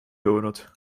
jõudnud